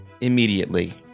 immediately